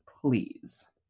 please